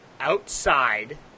outside